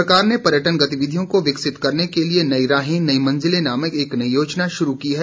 सरकार ने पर्यटन गतिविधियों को विकसित करने के लिए नई राहें नई मंजिलें नामक एक नई योजना शुरू की है